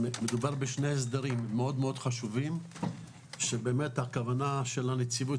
מדובר בשני הסדרים מאוד חשובים שבאמת הכוונה של הנציבות